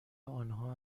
آنها